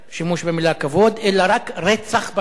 שימוש במלה "כבוד", אלא רק "רצח במשפחה".